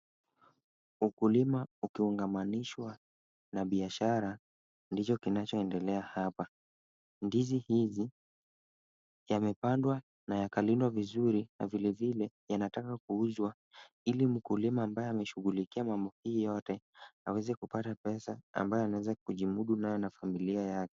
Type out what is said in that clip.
Ukuliwa ukiungamanishwa na biashara, ndicho kinacho endelea hapa. Ndizi hizi, yamepanda na yakalindwa vizuri, na vile vile yanataka kuuzwa ili mkulima ambaye ameshughulikia mambo hii yote, aweze kupata pesa ambayo anaweza kujimundu nayo ya familia yake.